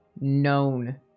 known